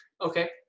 Okay